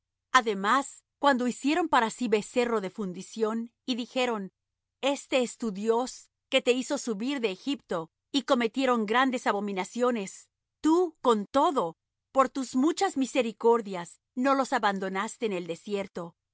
además cuando hicieron para sí becerro de fundición y dijeron este es tu dios que te hizo subir de egipto y cometieron grandes abominaciones tú con todo por tus muchas misericordias no los abandonaste en el desierto la columna de